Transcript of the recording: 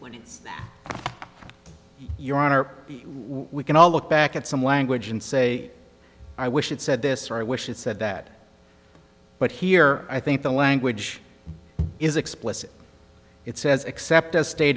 it's your honor we can all look back at some language and say i wish it said this or i wish it said that but here i think the language is explicit it says except as